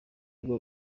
igwa